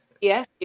Yes